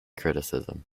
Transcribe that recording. criticism